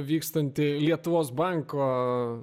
vykstanti lietuvos banko